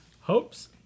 Hopes